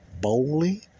boldly